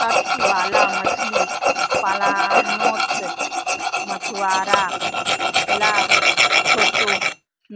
तट वाला मछली पालानोत मछुआरा ला छोटो